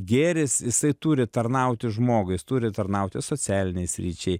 gėris jisai turi tarnauti žmogui jis turi tarnauti socialinei sričiai